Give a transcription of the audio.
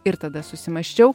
ir tada susimąsčiau